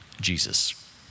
Jesus